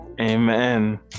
amen